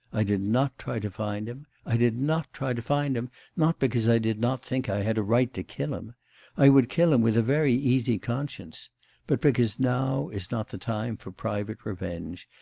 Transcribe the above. i did not try to find him. i did not try to find him not because i did not think i had a right to kill him i would kill him with a very easy conscience but because now is not the time for private revenge,